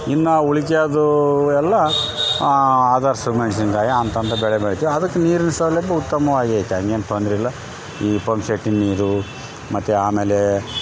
ಇನ್ನು ಉಳುಕಿದ್ದು ಎಲ್ಲ ಅದರ್ಸ್ ಮೆಣಸಿನ್ಕಾಯಿ ಅಂತ ಅಂತ ಬೆಳೆ ಬೆಳಿತೀವ್ ಅದಕ್ಕೆ ನೀರಿನ ಸೌಲಭ್ಯ ಉತ್ತಮವಾಗೆ ಐತೆ ಹಂಗೇನ್ ತೊಂದ್ರಿಲ್ಲ ಈ ಪಂಪ್ಸೆಟ್ಟಿನ ನೀರು ಮತ್ತು ಆಮೇಲೆ